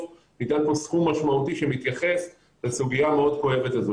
ניתן פה סכום משמעותי שמתייחס לסוגייה המאוד כואבת הזאת.